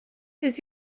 his